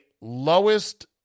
lowest